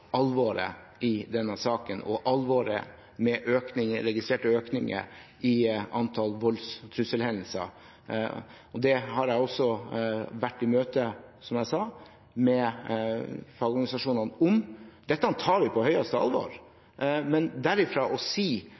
alvoret i denne saken og alvoret i registrerte økninger i antallet volds- og trusselhendelser. Det har jeg også vært i møte med fagorganisasjonene om, som jeg sa. Dette tar vi på høyeste alvor, men å si